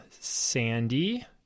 sandy